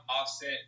offset